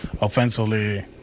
offensively